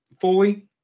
fully